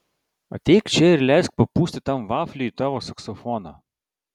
ateik čia ir leisk papūsti tam vafliui į tavo saksofoną